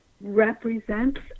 represents